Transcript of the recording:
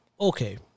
okay